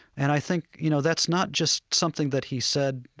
and i think, you know, that's not just something that he said,